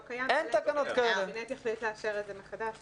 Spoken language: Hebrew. קיים --- שהקבינט יחליט לאשר את זה מחדש --- כן,